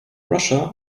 russia